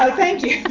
thank you.